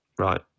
Right